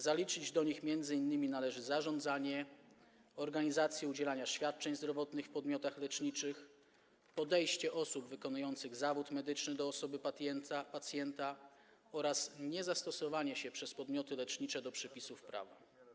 Zaliczyć do nich m.in. należy zarządzanie, organizację udzielania świadczeń zdrowotnych w podmiotach leczniczych, podejście osób wykonujących zawód medyczny do osoby pacjenta oraz niezastosowanie się przez podmioty lecznicze do przepisów prawa.